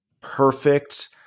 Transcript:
perfect